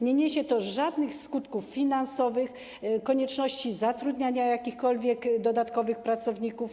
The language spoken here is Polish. Nie powoduje to żadnych skutków finansowych czy konieczności zatrudniania jakichkolwiek dodatkowych pracowników.